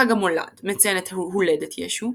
חג המולד – מציין את הולדת ישו.